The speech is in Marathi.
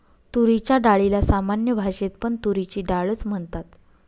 तुरीच्या डाळीला सामान्य भाषेत पण तुरीची डाळ च म्हणतात